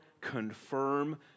confirm